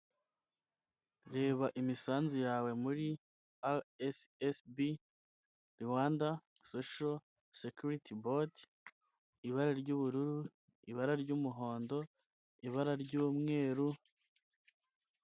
Reba imisanzu yawe muri Ara esesebi Rwanda sosho sekiriti bodi, ibara ry'ubururu ibara, ry'umuhondo ibara ry'umweru